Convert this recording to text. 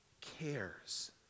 cares